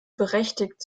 berechtigt